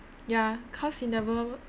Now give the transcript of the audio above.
ya cause he never